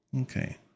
Okay